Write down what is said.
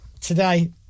Today